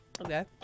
Okay